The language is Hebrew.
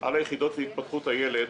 על היחידות להתפתחות הילד,